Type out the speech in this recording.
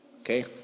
Okay